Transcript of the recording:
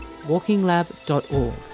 walkinglab.org